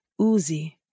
Uzi